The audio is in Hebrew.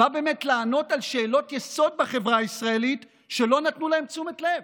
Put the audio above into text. בא לענות על שאלות יסוד בחברה הישראלית שלא נתנו להן תשומת לב.